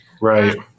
right